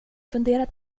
funderat